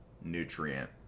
nutrient